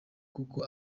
kuko